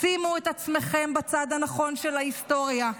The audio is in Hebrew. שימו את עצמכם בצד הנכון של ההיסטוריה.